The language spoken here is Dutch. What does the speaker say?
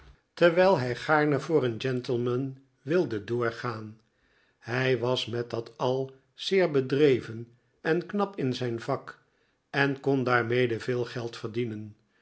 terwijl hi gaarne voor een gentleman wilde doorgaan hij was met tjat al zeer bedreven en knap in zijn vak en kon daarmede veel geld verdienen